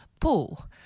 pull